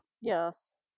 Yes